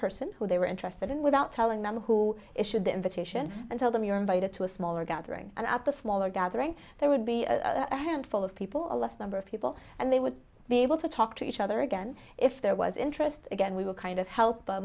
person who they were interested in without telling them who issued the invitation and tell them you're invited to a smaller gathering and at the smaller gathering there would be a handful of people or less number of people and they would be able to talk to each other again if there was interest again we will kind of he